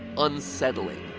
unsettling.